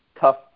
Tough